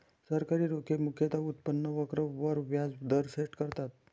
सरकारी रोखे मुख्यतः उत्पन्न वक्र वर व्याज दर सेट करतात